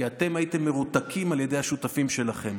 כי הייתם מרותקים על ידי השותפים שלכם.